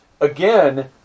again